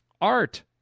Art